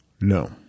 No